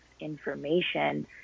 information